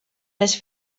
les